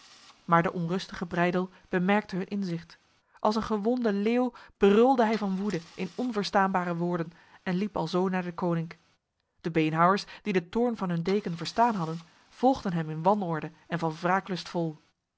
maar de onrustige breydel bemerkte hun inzicht als een gewonde leeuw brulde hij van woede in onverstaanbare woorden en liep alzo naar deconinck de beenhouwers die de toorn van hun deken verstaan hadden volgden hem in wanorde en van wraaklust vol